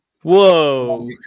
Whoa